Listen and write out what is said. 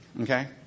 okay